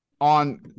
on